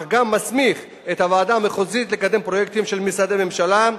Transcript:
אך גם מסמיך את הוועדה המחוזית לקדם פרויקטים של משרדי ממשלה,